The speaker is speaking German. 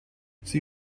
sie